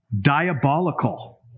diabolical